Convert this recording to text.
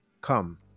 come